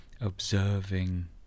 observing